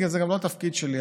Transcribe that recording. כי זה גם לא התפקיד שלי.